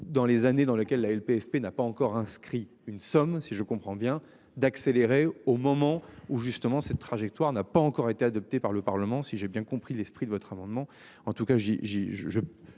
dans les années, dans lequel la LPFP n'a pas encore inscrit une somme si je comprends bien d'accélérer au moment où justement cette trajectoire n'a pas encore été adoptée par le Parlement. Si j'ai bien compris l'esprit de votre amendement.